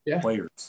players